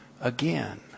again